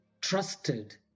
trusted